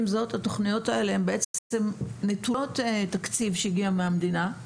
עם זאת, התכניות האלה נטולות תקציב שהגיע מהמדינה,